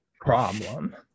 problem